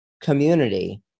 community